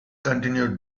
continued